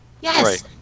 Yes